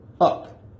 up